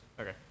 Okay